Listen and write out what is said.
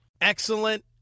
Excellent